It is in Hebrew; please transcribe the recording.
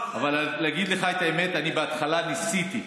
אבל להגיד לך את האמת, אני בהתחלה ניסיתי,